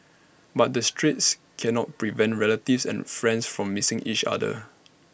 but the straits cannot prevent relatives and friends from missing each other